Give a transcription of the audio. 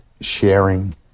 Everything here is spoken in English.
sharing